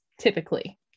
typically